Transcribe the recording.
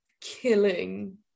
killing